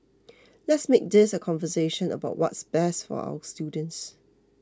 let's make this a conversation about what's best for our students